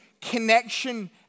connection